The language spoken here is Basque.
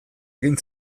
egin